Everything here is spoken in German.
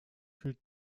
fühlt